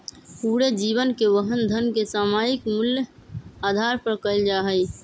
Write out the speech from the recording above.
पूरे जीवन के वहन धन के सामयिक मूल्य के आधार पर कइल जा हई